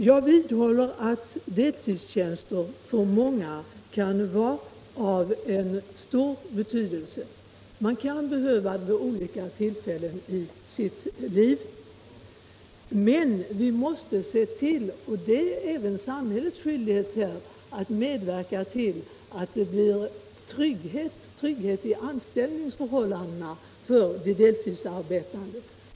Jag vidhåller att deltidstjänster för många kan vara av stor betydelse. Man kan behöva en sådan tjänst vid olika tillfällen i sitt liv. Men vi måste se till — och det är samhällets skyldighet att medverka till detta — att det blir trygghet i anställningsförhållandena för de deltidsarbetande.